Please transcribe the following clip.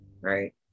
Right